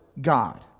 God